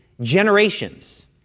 generations